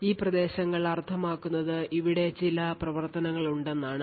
ഈ പ്രദേശങ്ങൾ അർത്ഥമാക്കുന്നത് ഇവിടെ ചില പ്രവർത്തനങ്ങളുണ്ടെന്നാണ്